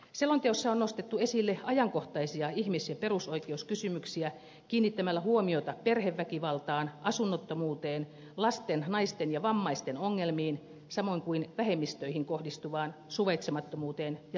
selonteossa on nostettu esille ajankohtaisia ihmis ja perusoikeuskysymyksiä kiinnittämällä huomiota perheväkivaltaan asunnottomuuteen lasten naisten ja vammaisten ongelmiin samoin kuin vähemmistöihin kohdistuvaan suvaitsemattomuuteen ja syrjintään